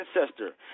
ancestor